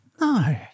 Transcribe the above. No